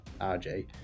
RJ